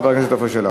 חבר הכנסת עפר שלח,